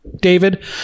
David